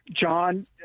John